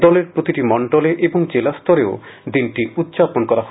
দলের প্রতিটি মন্ডলে এবং জেলা স্তরেও দিনটি উদযাপন করা হয়